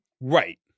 Right